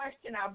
question